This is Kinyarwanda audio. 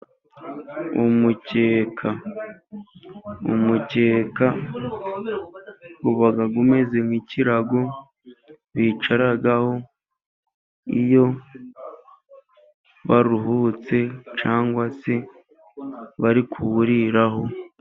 Umukeka, umukeka ubag umeze nk'ikirago bicaraho iyo baruhutse cyangwa se bari kuwuriraraho.